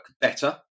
better